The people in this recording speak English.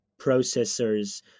processors